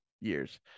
years